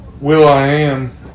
Will.i.am